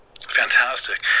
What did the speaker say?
fantastic